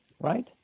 right